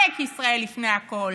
עלק ישראל לפני הכול.